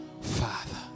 Father